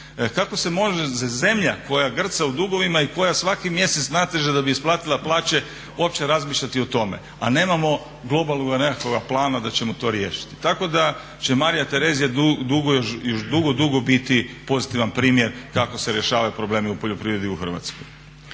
Kako se može zemlja koja grca u dugovima i koja svaki mjesec nateže da bi isplatila plaće opće razmišljati o tome a nemamo globalnoga nekakvog plana da ćemo to riješiti? Tako da će Marija Terezija dugo još, još dugo, dugo biti pozitivan primjer kako se rješavaju problemi u poljoprivredi u Hrvatskoj.